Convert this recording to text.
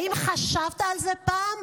האם חשבת על זה פעם?